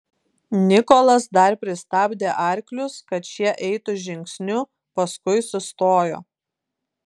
nikolas dar pristabdė arklius kad šie eitų žingsniu paskui sustojo